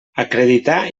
acreditar